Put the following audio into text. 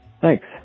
Thanks